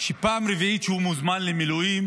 פעם רביעית שהוא מוזמן למילואים.